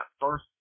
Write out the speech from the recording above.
first